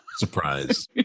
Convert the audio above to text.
surprise